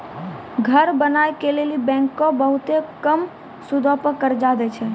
घर बनाय के लेली बैंकें बहुते कम सूदो पर कर्जा दै छै